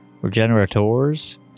Regenerators